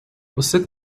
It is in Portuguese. você